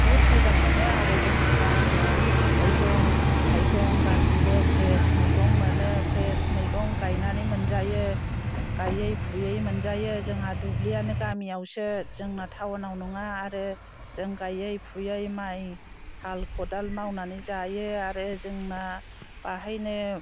बहुत मोजां मोनो आरो जोंहा गामियाव मैगं थाइगं गासैबो फ्रेस मैगं मोनो फ्रेस मैगं गायनानै मोनजायो गायै फुयै मोनजायो जोंहा दुब्लियानो गामियावसो जोंना टाउनाव नङा आरो जों गायै फुयै माइ हाल खदाल मावनानै जायो आरो जोंना बेवहायनो